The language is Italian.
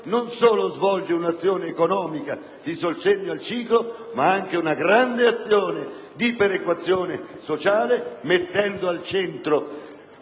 non solo svolge un'azione economica di sostegno al ciclo, ma anche una grande azione di perequazione sociale mettendo al centro